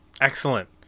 Excellent